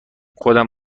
خودم